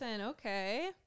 Okay